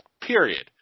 period